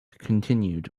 continued